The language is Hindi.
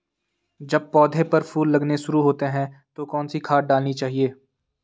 जब पौधें पर फूल लगने शुरू होते हैं तो कौन सी खाद डालनी चाहिए?